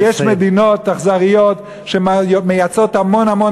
כי יש מדינות אכזריות שמייצאות המון המון